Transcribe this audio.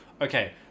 Okay